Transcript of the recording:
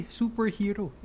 superhero